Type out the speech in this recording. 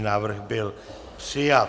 Návrh byl přijat.